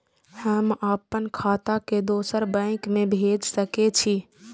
हम आपन खाता के दोसर बैंक में भेज सके छी?